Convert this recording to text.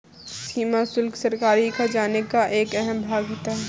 सीमा शुल्क सरकारी खजाने का एक अहम भाग होता है